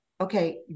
Okay